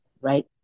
right